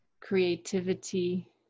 creativity